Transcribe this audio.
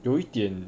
有一点